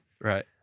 Right